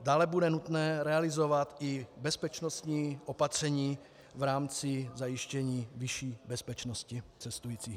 Dále bude nutné realizovat i bezpečnostní opatření v rámci zajištění vyšší bezpečnosti cestujících.